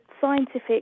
scientific